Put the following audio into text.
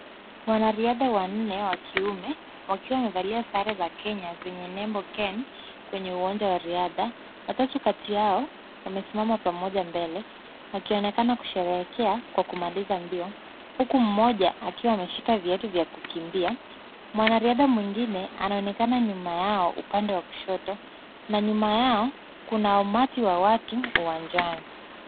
Wanariadha wanne wa kiume, wakiwa wamevalia sare za Kenya zenye nembo Ken, kwenye uwanja wa riadha. Watatu kati yao wamesimama pamoja mbele wakionekana kusherehekea kwa kumaliza mbio, huku mmoja akiwa ameshika viatu vya kukimbia. Mwanariadha mwingine anaonekana nyuma yao upande wa kushoto na nyuma yao kuna umati wa watu uwanjani.